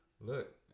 look